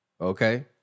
Okay